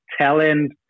talent